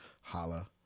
Holla